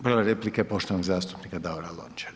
Prva replika je poštovanog zastupnika Davora Lonačara.